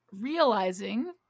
realizing